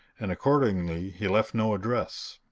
and accordingly he left no address.